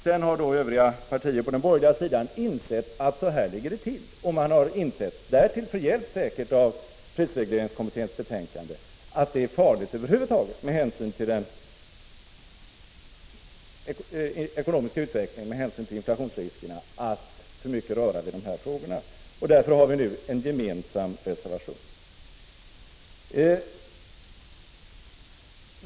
Sedan har övriga partier på den borgerliga sidan insett att så här ligger det till och förstått — därtill säkert förhjälpta av prisregleringskommitténs betänkande — att det över huvud taget är farligt med hänsyn till den ekonomiska utvecklingen och inflationsriskerna att röra för mycket vid de här frågorna. Därför har vi nu en gemensam reservation.